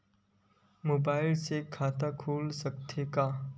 Mobile से खाता खुल सकथे का?